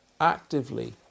actively